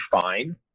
fine